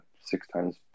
six-times